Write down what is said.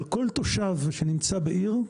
על כל תושב שנמצא בעיר,